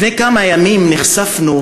לפני כמה ימים נחשפנו,